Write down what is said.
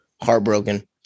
heartbroken